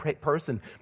person